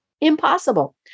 impossible